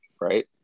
right